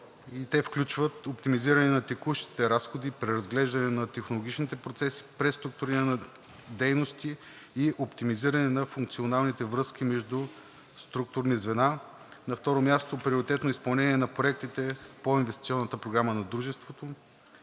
те включват: оптимизиране на текущите разходи, преразглеждане на технологичните процеси, преструктуриране на дейности и оптимизиране на функционалните връзки между структурни звена. На второ място, приоритетно изпълнение на проектите по инвестиционната програма на дружеството;